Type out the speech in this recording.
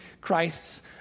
Christ's